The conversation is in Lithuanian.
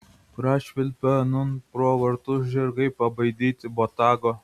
prašvilpė nūn pro vartus žirgai pabaidyti botago